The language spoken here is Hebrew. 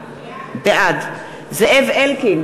בעד זאב אלקין,